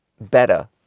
better